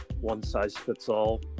one-size-fits-all